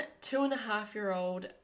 two-and-a-half-year-old